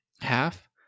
half